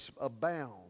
abound